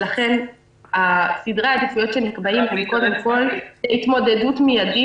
ולכן סדרי העדיפויות שנקבעים הם קודם כול התמודדות מידית